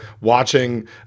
watching